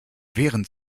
während